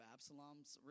Absalom's